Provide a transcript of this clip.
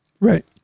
Right